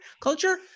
culture